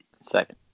Second